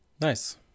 Nice